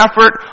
effort